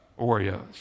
Oreos